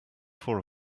four